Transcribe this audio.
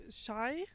shy